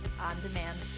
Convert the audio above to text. on-demand